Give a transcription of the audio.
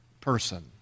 person